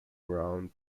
round